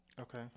Okay